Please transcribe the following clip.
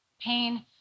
Pain